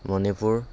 Manipur